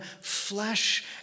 flesh